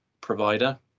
provider